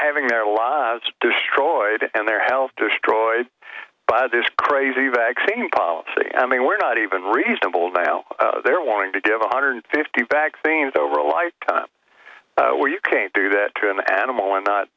having their lives destroyed and their health destroyed by this crazy vaccine policy and me we're not even reasonable now they're wanting to do have one hundred fifty vaccines over a lifetime where you can't do that to an animal and not